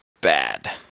bad